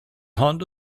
honda